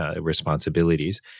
responsibilities